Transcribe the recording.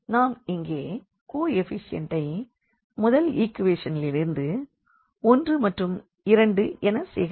நாம் இங்கே coefficient ஐ முதல் ஈக்வேஷன் லிருந்து 1 மற்றும் 2 என சேகரிக்கலாம்